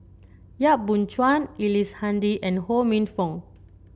Yap Boon Chuan Ellice Handy and Ho Minfong